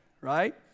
right